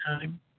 time